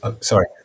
Sorry